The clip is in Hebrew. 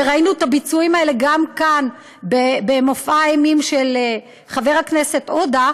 וראינו את הביצועים האלה גם כאן במופע האימים של חבר הכנסת עודה,